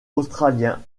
australien